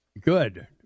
Good